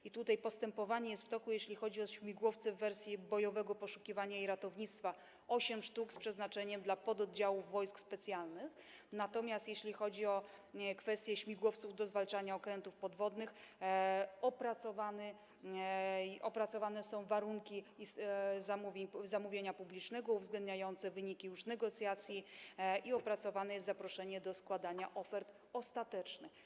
I tutaj postępowanie jest w toku, jeśli chodzi o śmigłowce w wersji bojowego poszukiwania i ratownictwa, 8 sztuk z przeznaczeniem dla pododdziałów wojsk specjalnych, natomiast jeśli chodzi o kwestię śmigłowców do zwalczania okrętów podwodnych, opracowane są warunki zamówienia publicznego uwzględniające wyniki negocjacji i opracowane jest zaproszenie do składania ofert ostatecznych.